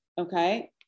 okay